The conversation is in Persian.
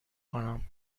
کنم